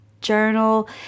journal